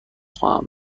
خواهم